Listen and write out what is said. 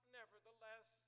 nevertheless